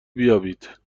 بیابید